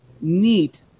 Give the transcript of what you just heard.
neat